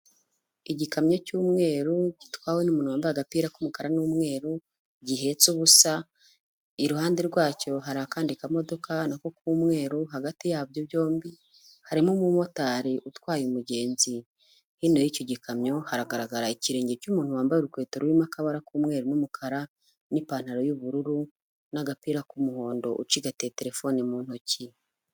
Igikamyo cy'umweru gitwawe n'umunntu wambaye agapira k'umukara n'umweru gihetse ubusa, iruhande rwacyo hari akandi kamodoka na ko k'umweru, hagati yabyo byombi harimo umumotari utwaye umugenzi. Hino y'icyo gikamyo haragaragara ikirenge cy'umuntu wambaye urukweto rurimo akabara k'umweru n'umukara n'ipantaro y'ubururu, n'agapira k'umuhondo ucigatiye telefoni mu ntoki.